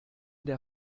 der